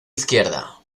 izquierda